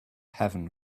heaven